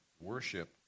worship